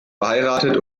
verheiratet